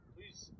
Please